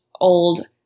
old